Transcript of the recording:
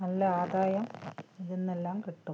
നല്ല ആദായം ഇതില്നിന്നെല്ലാം കിട്ടും